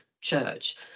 church